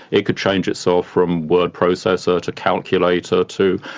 it could change itself from word processor to calculator to